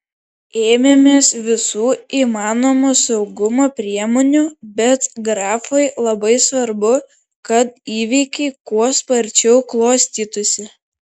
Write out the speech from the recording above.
ėmėmės visų įmanomų saugumo priemonių bet grafui labai svarbu kad įvykiai kuo sparčiau klostytųsi